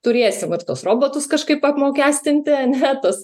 turėsim ir tuos robotus kažkaip apmokestinti ane tas